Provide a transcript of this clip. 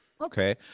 Okay